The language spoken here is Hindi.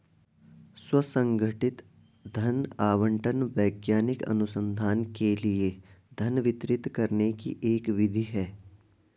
स्व संगठित धन आवंटन वैज्ञानिक अनुसंधान के लिए धन वितरित करने की एक विधि है